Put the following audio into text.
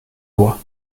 doigts